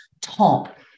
top